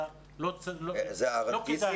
לא כדאי --- רנטיסי?